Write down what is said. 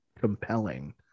compelling